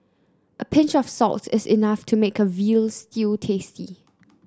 a pinch of salt is enough to make a veal stew tasty